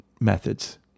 methods